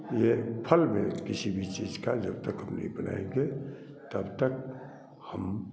यह फल में किसी भी चीज़ का जब हम नहीं बनाएँगे तब तक हम